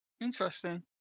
interesting